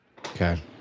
Okay